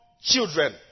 children